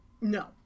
No